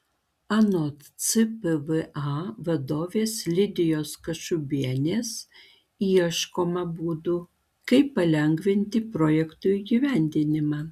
anot cpva vadovės lidijos kašubienės ieškoma būdų kaip palengvinti projektų įgyvendinimą